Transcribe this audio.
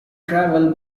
travel